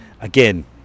Again